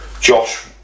Josh